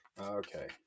Okay